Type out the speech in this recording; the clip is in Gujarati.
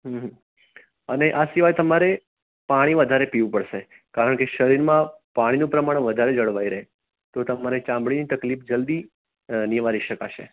અને આ સિવાય તમારે પાણી વધારે પીવું પડશે કારણ કે શરીરમાં પાણીનું પ્રમાણ વધારે જળવાઈ રહે તો તમારે ચામડીની તકલીફ જલદી નિવારી શકાશે